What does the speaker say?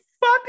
fuck